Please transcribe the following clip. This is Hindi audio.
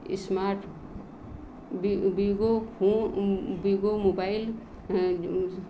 स्मार्ट बि विवो विवो मोबाइल